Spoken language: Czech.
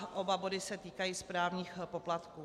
Oba body se týkají správních poplatků.